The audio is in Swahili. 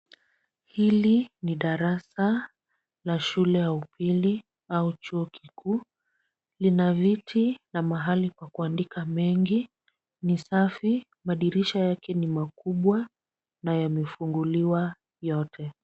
Hili ni darasa la shule ya upili au chuo kikuu. Lina viti na mahali pa kuandika mengi ,ni safi. Madirisha yake ni makubwa na yamefunguliwa yote.